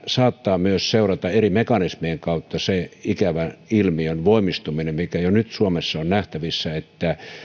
saattaa myös seurata eri mekanismien kautta sen ikävän ilmiön voimistuminen mikä jo nyt suomessa on nähtävissä että